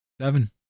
Seven